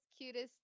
cutest